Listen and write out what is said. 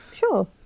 Sure